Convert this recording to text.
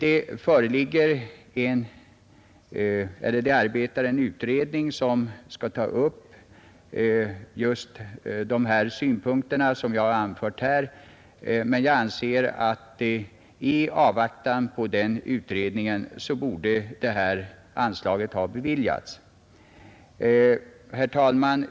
En utredning arbetar för närvarande med de synpunkter som jag här anfört, men jag anser att anslag borde ha beviljats i avvaktan på utredningens betänkande. Herr talman!